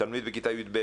בכיתה י"ב.